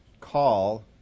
Call